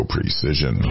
Precision